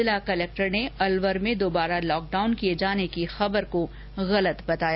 जिला कलेक्टर ने अलवर में दोबारा लॉकडाउन किये जाने की खबर को गलत बताया